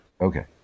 Okay